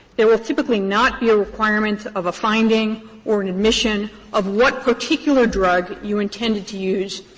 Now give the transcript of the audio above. there will typically not be a requirement of a finding or an admission of what particular drug you intended to use